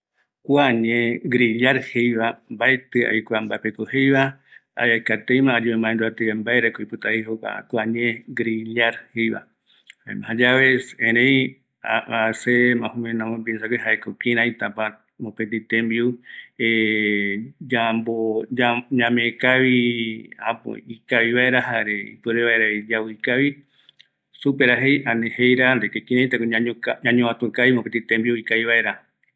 ﻿Kua ñee grillar jeiva mbaetɨ aikua mbaepeko jeiva, aekateima ayemomaundua teima mbaerako oipota jei kua ñe grillar jeiva jaema jayave erei a se majomeno amopiensague jaeko kiraitapa mopeti tembiu yambo ya ñamekavi äpo ikavi vaera ipuere vaeravi yau ikavi supere jei ani jeira de que kiraitako ñañoka ñañovatukavi tembiu ikavi vaera